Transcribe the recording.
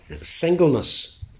Singleness